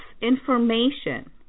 information